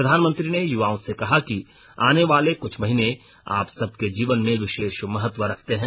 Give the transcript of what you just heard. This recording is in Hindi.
प्रधानमंत्री ने युवायो से कहा कि आने वाले कुछ महीने आप सब के र्जीवन में विशेष महत्व रखते हैं